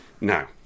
Now